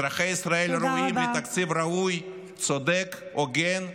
אזרחי ישראל ראויים לתקציב ראוי, צודק, הוגן,